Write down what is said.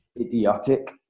idiotic